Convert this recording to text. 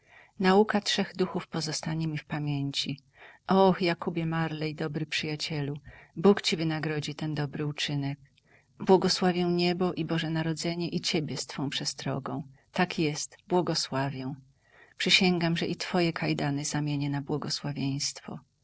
nauka trzech duchów pozostanie mi w pamięci o jakóbie marley dobry przyjacielu bóg ci wynagrodzi ten dobry uczynek błogosławię niebo i boże narodzenie i ciebie z twą przestrogą tak jest błogosławię przysięgam że i twoje kajdany zmienię na błogosławieństwo